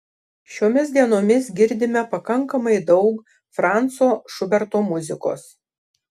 šiomis dienomis girdime pakankamai daug franco šuberto muzikos